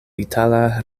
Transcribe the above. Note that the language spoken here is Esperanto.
itala